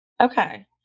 Okay